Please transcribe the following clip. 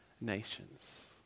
nations